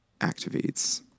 activates